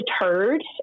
deterred